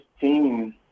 team